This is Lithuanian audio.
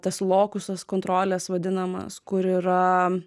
tas lokusas kontrolės vadinamas kur yra